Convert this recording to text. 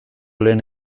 lehen